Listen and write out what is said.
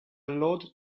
lot